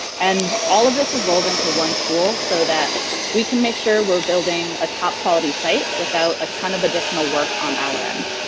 and all of this is rolled into one tool so that we can make sure we're building a top-quality site without a ton of additional work on our end.